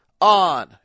On